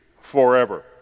forever